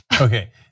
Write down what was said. Okay